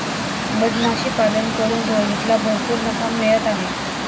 मधमाशीपालन करून रोहितला भरपूर नफा मिळत आहे